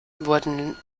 wurden